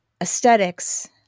aesthetics